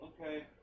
Okay